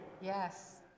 Yes